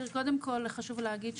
קודם כל חשוב להגיד,